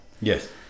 Yes